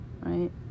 right